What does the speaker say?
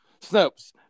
Snopes